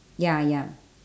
ya ya